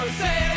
say